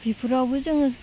बिफोरावबो जोङो